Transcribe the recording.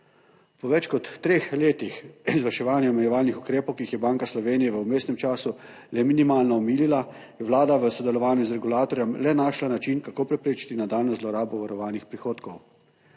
Po več kot treh letih izvrševanja omejevalnih ukrepov, ki jih je Banka Slovenije v vmesnem času le minimalno omilila, je Vlada v sodelovanju z regulatorjem le našla način kako preprečiti nadaljnjo zlorabo varovanih prihodkov.